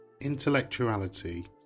intellectuality